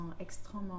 extrêmement